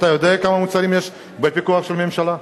אתה יודע כמה מוצרים יש בפיקוח של הממשלה?